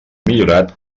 millorat